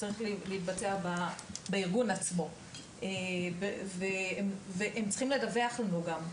צריך להתבצע בארגון עצמו והם צריכים לדווח לנו גם,